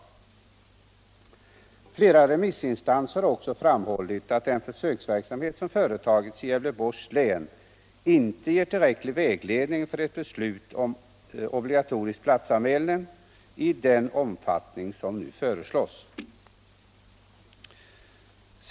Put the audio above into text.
Flera remissinstanser har också framhållit att den försöksverksamhet som företagits i Gävleborgs län inte ger tillräcklig vägledning för ett beslut om obligatorisk platsanmälan i den omfattning som nu föreslås.